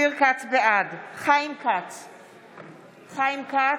בעד חיים כץ,